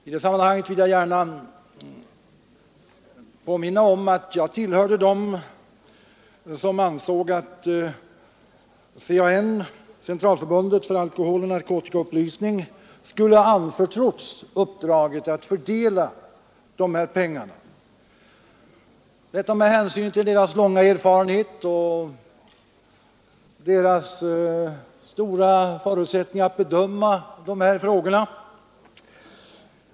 I det sammanhanget vill jag gärna påminna om att jag tillhörde dem som ansåg att CAN — centralförbundet för alkoholoch narkotikaupplysning — skulle anförtros uppdraget att fördela pengarna, detta med hänsyn till förbundets långa erfarenhet och dess goda förutsättningar att bedöma de här frågorna.